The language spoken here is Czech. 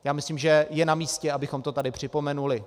Já myslím, že je namístě, abychom to tady připomenuli.